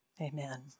Amen